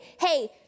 hey